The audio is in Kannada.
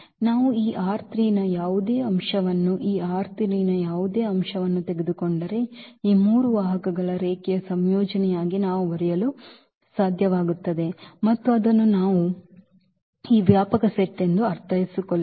ನಾವು ಈ ನ ಯಾವುದೇ ಅಂಶವನ್ನು ಈ ನ ಯಾವುದೇ ಅಂಶವನ್ನು ತೆಗೆದುಕೊಂಡರೆ ಈ ಮೂರು ವಾಹಕಗಳ ರೇಖೀಯ ಸಂಯೋಜನೆಯಾಗಿ ನಾವು ಬರೆಯಲು ಸಾಧ್ಯವಾಗುತ್ತದೆ ಮತ್ತು ಅದನ್ನೇ ನಾವು ಈ ವ್ಯಾಪಕ ಸೆಟ್ ಎಂದು ಅರ್ಥೈಸುತ್ತೇವೆ